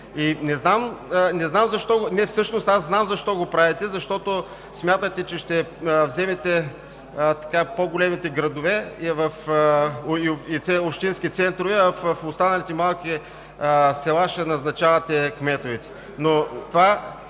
знам защо го правите – защото смятате, че ще вземете по-големите градове и общинските центрове, а в останалите малки села ще назначавате кметовете.